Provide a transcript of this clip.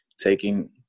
taking